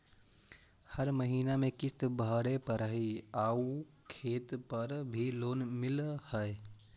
हर महीने में किस्त भरेपरहै आउ खेत पर भी लोन मिल है?